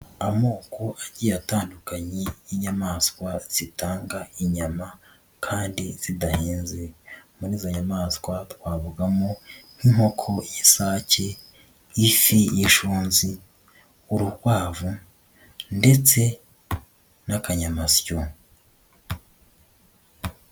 Amoko agiye atandukanye y'inyamaswa zitanga inyama kandi zidaheze, muri izo nyamaswa twavugamo nk'inkoko y'isake, ifi y'ishonzi, urukwavu ndetse n'akanyamasyo.